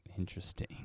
Interesting